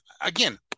again